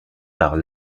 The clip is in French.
par